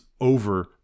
over